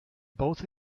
both